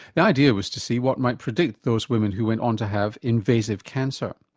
the idea was to see what might predict those women who went on to have invasive cancer.